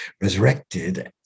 resurrected